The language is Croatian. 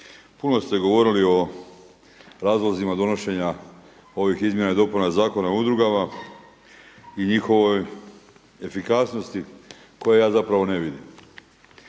puno ste govorili o razlozima donošenja ovih izmjena i dopuna Zakona o udrugama i njihovoj efikasnosti koju ja zapravo ne vidim.